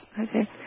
Okay